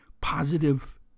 positive